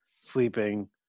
sleeping